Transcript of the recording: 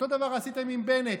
אותו דבר מה שעשיתם עם בנט.